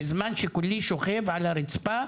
בזמן שכולי שוכב על הרצפה,